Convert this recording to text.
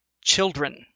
children